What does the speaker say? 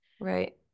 right